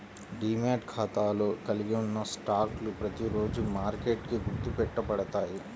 demat ఖాతాలో కలిగి ఉన్న స్టాక్లు ప్రతిరోజూ మార్కెట్కి గుర్తు పెట్టబడతాయి